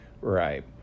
right